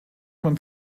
man